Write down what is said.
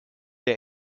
der